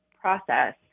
process